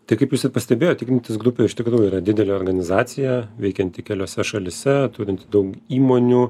tai kaip jūs ir pastebėjot ignitis grupė iš tikrųjų yra didelė organizacija veikianti keliose šalyse turinti daug įmonių